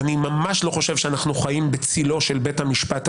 אני ממש לא חושב שאנחנו חיים בצלו של בית המשפט העליון.